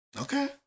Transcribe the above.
Okay